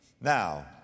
Now